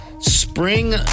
Spring